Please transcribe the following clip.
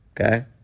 Okay